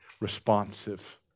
responsive